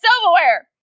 silverware